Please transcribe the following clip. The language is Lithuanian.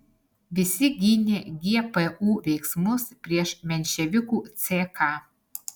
visi gynė gpu veiksmus prieš menševikų ck